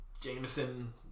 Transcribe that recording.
Jameson